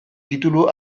titulu